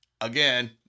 again